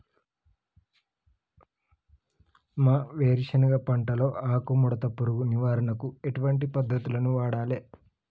మా వేరుశెనగ పంటలో ఆకుముడత పురుగు నివారణకు ఎటువంటి పద్దతులను వాడాలే?